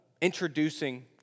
introducing